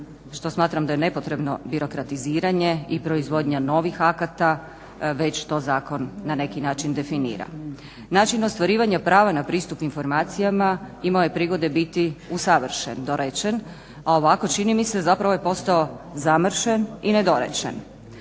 što smatram da je nepotrebno birokratiziranje i proizvodnja novih akata, već to zakon na neki način definira. Način ostvarivanja prava na pristup informacijama imao je prigode biti usavršen, dorečen, a ovako čini mi se, zapravo je postao zamršen i nedorečen.